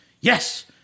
yes